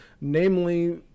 namely